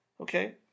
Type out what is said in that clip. okay